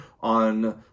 on